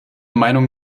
meinung